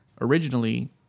originally